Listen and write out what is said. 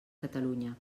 catalunya